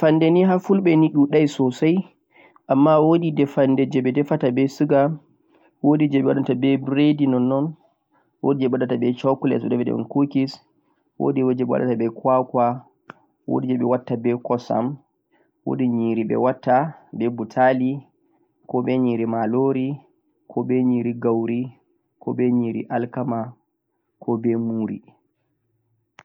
defande nii ha fulɓe ɗuɗai sosai amma wodi defande be suga, wodi je biredi nonnon, wodi je be kwakwa, wodi je kosam, wodi nyiri butali, marori, gauri, alkama koh muri.